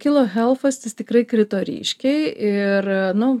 kilo helfas jis tikrai krito ryškiai ir nu